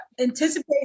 anticipate